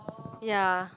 ya